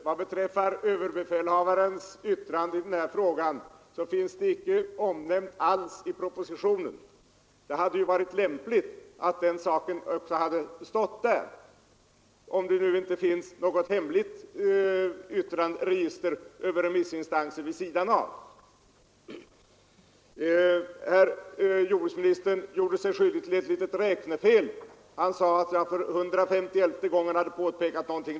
Herr talman! Överbefälhavarens yttrande i den här frågan finns icke omnämnt alls i propositionen. Det hade ju varit lämpligt att den saken också hade stått där, om det nu inte finns något hemligt register över remissinstanser vid sidan av det vanliga. Herr jordbruksministern gjorde sig skyldig till ett litet räknefel. Han sade att jag för hundrafemtioelfte gången hade påpekat någonting.